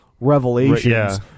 revelations